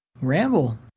Ramble